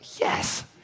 yes